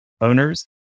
owners